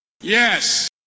Yes